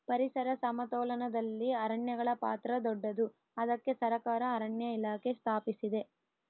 ಪರಿಸರ ಸಮತೋಲನದಲ್ಲಿ ಅರಣ್ಯಗಳ ಪಾತ್ರ ದೊಡ್ಡದು, ಅದಕ್ಕೆ ಸರಕಾರ ಅರಣ್ಯ ಇಲಾಖೆ ಸ್ಥಾಪಿಸಿದೆ